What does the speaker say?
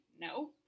No